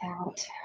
out